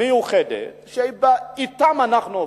מיוחדת, שאתה אנחנו עובדים.